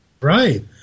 Right